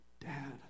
Dad